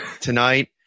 tonight